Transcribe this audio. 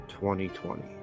2020